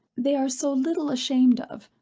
they are so little ashamed of,